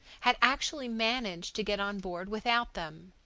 had actually managed to get on board without them.